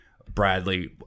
Bradley